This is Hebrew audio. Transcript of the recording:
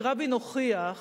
כי רבין הוכיח,